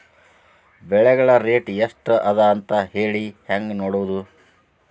ಬೆಳೆಗಳ ರೇಟ್ ಎಷ್ಟ ಅದ ಅಂತ ಹೇಳಿ ಹೆಂಗ್ ನೋಡುವುದು?